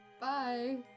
Bye